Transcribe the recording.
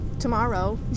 tomorrow